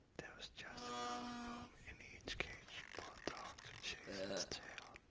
there was just enough room in each cage but ah to chase its tail.